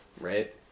right